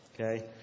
Okay